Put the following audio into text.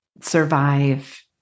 survive